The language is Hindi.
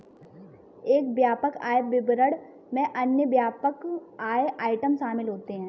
एक व्यापक आय विवरण में अन्य व्यापक आय आइटम शामिल होते हैं